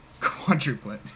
quadruplet